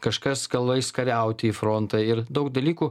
kažkas gal ais kariauti į frontą ir daug dalykų